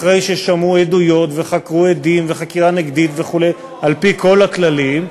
אחרי ששמעו עדויות וחקרו עדים וחקירה נגדית וכו' על-פי כל הכללים,